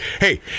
Hey